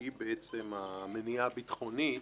שהיא למעשה המניעה הביטחונית,